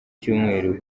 cyumweru